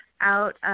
out